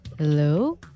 Hello